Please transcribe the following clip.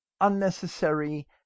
unnecessary